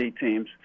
teams